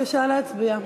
בבקשה להצביע.